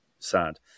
sad